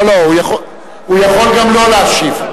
הוא גם יכול גם לא להשיב,